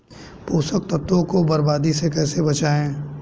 पोषक तत्वों को बर्बादी से कैसे बचाएं?